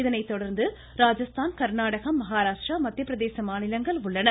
அதனைத்தொடர்ந்து ராஜஸ்தான் கர்நாடகம் மஹாராஷ்டிரா மத்திய பிரதேச மாநிலங்கள் உள்ளன